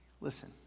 Listen